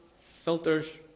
filters